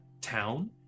town